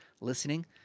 listening